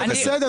זה בסדר.